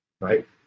right